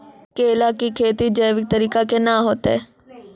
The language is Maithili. केला की खेती जैविक तरीका के ना होते?